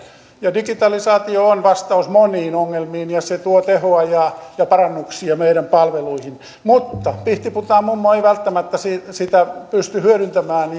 digitalisaatio on vastaus moniin ongelmiin ja se tuo tehoa ja parannuksia meidän palveluihin mutta pihtiputaan mummo ei välttämättä sitä sitä pysty hyödyntämään